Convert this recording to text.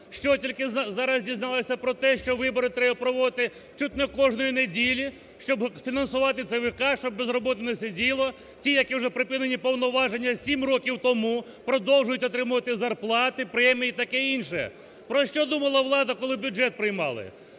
Що тільки зараз дізнались про те, що вибори треба проводити чуть не кожної неділі, щоб фінансувати ЦВК, щоб без роботи не сиділо? Ті, які вже припинені повноваження сім років тому, продовжують отримувати зарплати, премії і таке інше. Про що думала влада, коли бюджет приймали?!